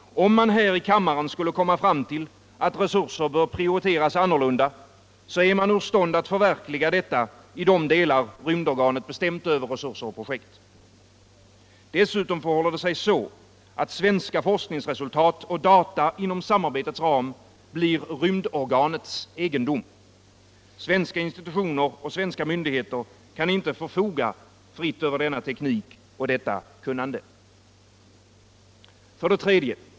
Om man här i kammaren skulle komma fram till att resurser bör prioriteras annorlunda, är man ur stånd att förverkliga detta i de delar rymdorganet bestämt över resurser och projekt. Dessutom förhåller det sig så att svenska forskningsresultat och data inom rymdsamarbetets ram blir rymdorganets egendom. Svenska institutioner och svenska möjligheter kan inte förfoga över denna teknik och detta kunnande. 3.